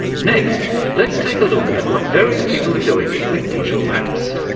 next, let's take a look at what various people are doing with digital maps.